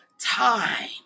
time